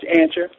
answer